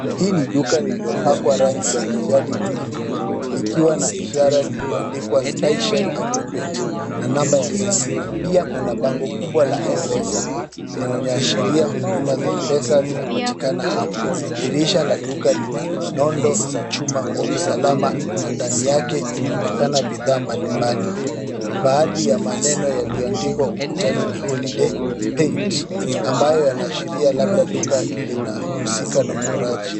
Hii ni duka lililopakwa rangi ya kijani na buluu, likiwa na ishara lililoandikwa Sky Shine Auto Paint na namba ya simu, pia kuna bango kubwa la mpesa linaloashiria huduma za mpesa zinapatikana hapo. Dirisha la duka lina nondo za chuma kwa usalama na ndani yake inaonekana bidhaa mbalimbali. Baadhi ya maneno yaliyoandikwa ukutani ni Holiday Paint ambayo yanaashiria labda duka linahusika na uchoraji.